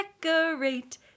decorate